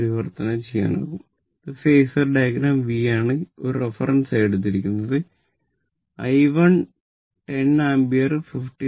power factor cos10